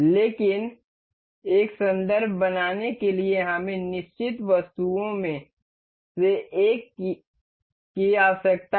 लेकिन एक संदर्भ बनाने के लिए हमें निश्चित वस्तुओं में से एक की आवश्यकता है